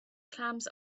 clams